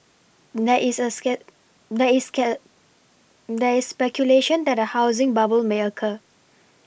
there is a scare there scare there is speculation that a housing bubble may occur